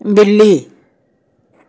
ਬਿੱਲੀ